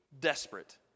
desperate